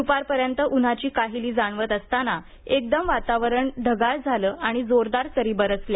द्पार पर्यंत उन्हाची काहिली जाणवत असताना एकदम वातावरण ढगाळ झालं आणि जोरदार सरी बरसल्या